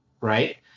right